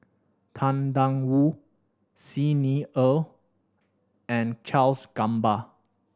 Tang Da Wu Xi Ni Er and Charles Gamba